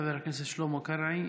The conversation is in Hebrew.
חבר הכנסת שלמה קרעי,